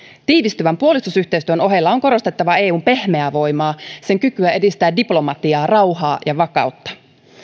tiivistyvän puolustusyhteistyön ohella on korostettava eun pehmeää voimaa sen kykyä edistää diplomatiaa rauhaa ja vakautta